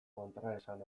kontraesan